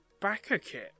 Backerkit